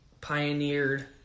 pioneered